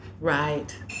Right